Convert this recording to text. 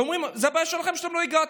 ואומרים: זה בעיה שלכם שלא הגעתם.